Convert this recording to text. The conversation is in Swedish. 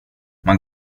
man